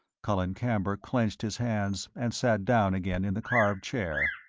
colin camber clenched his hands and sat down again in the carved chair.